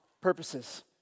purposes